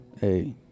Hey